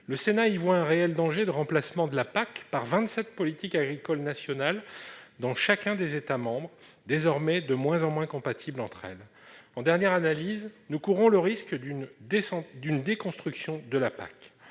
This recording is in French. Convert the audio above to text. Le Sénat y voit un réel danger de remplacement de la PAC par vingt-sept politiques agricoles nationales, désormais de moins en moins compatibles entre elles. En dernière analyse, nous courons le risque d'une déconstruction de la PAC.